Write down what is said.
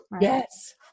Yes